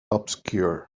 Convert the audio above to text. obscure